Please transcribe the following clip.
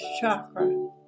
chakra